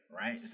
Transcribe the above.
right